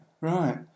right